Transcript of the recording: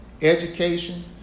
education